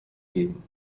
geben